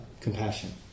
compassion